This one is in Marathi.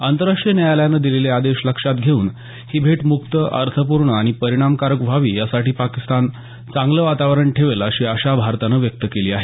आंतरराष्ट्रीय न्यायालयानं दिलेले आदेश लक्षात घेऊन ही भेट मुक्त अर्थपूर्ण आणि परिणामकारक व्हावी यासाठी पाकिस्तान चांगलं वातावरण ठेवेल अशी आशा भारतानं व्यक्त केली आहे